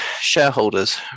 shareholders